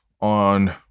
on